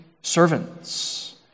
servants